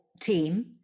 team